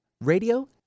radio